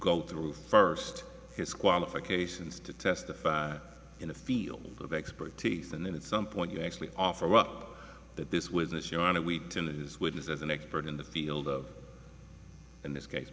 go through first his qualifications to testify in the field of expertise and then at some point you actually offer up that this was a show on a week to lose witnesses an expert in the field of in this case